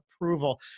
approval